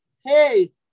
hey